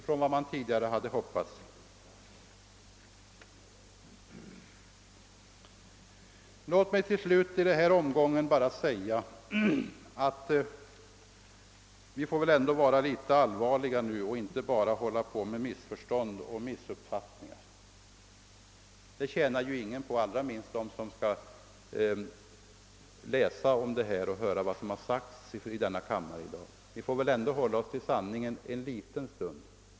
Låt mig i denna omgång slutligen framhålla att vi väl ändå måste vara litet allvarliga och inte bara missförstå varandra. Ingen tjänar på det, allra minst de som skall läsa vad som sagts i kammaren i dag. Vi får väl ändå hålla oss till sanningen en liten stund.